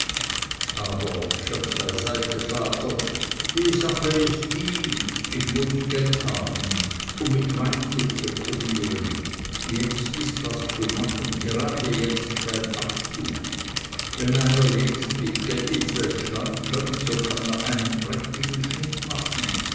aber scherz beiseite vater die sache ist die ich muß geld haben um mit wein zu spekulieren jetzt ist was zu machen gerade jetzt beim abzug wenn einer jetzt mit geld ins welschland kömmt so kann er einen prächtigen schnitt machen